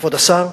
כבוד השר,